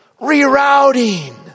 Rerouting